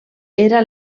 era